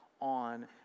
on